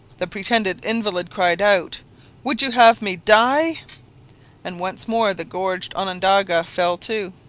the pretended invalid cried out would you have me die and once more the gorged onondaga fell to.